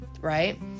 right